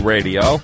Radio